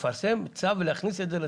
לפרסם צו ולהכניס את זה לצו.